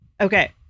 Okay